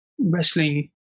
wrestling